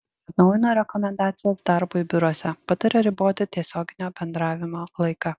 atnaujino rekomendacijas darbui biuruose pataria riboti tiesioginio bendravimo laiką